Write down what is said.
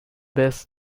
best